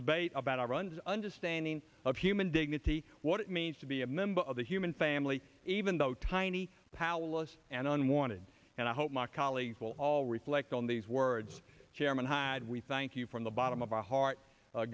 debate about iran's understanding of human dignity what it means to be a member of the human family even though tiny powerless and unwanted and i hope my colleagues will all reflect on these words chairman hyde we thank you from the bottom of the heart